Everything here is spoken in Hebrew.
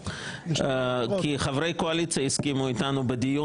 כי חברי הקואליציה הסכימו אתנו בדיון